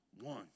one